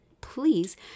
please